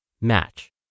match